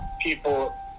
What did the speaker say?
people